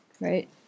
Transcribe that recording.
right